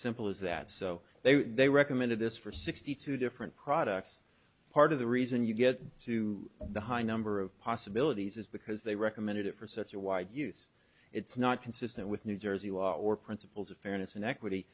simple as that so they they recommended this for sixty two different products part of the reason you get to the high number of possibilities is because they recommended it for such a wide use it's not consistent with new jersey or principles of fairness and equity